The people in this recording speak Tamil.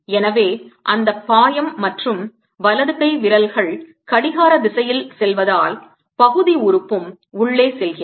எனவே அந்த பாயம் மற்றும் வலது கை விரல்கள் கடிகாரதிசையில் செல்வதால் பகுதி உறுப்பும் உள்ளே செல்கிறது